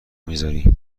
میذاری